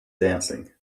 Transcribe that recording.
dancing